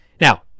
Now